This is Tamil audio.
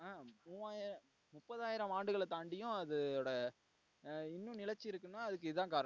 மூவாயிரம் முப்பதாயிரம் ஆண்டுகளை தாண்டியும் அதுவோட இன்னும் நிலைச்சு இருக்குன்னா அதுக்கு இதான் காரணம்